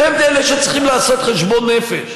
אתם אלה שצריכים לעשות חשבון נפש.